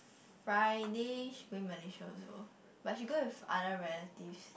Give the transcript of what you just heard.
Friday she going Malaysia also but she go with other relatives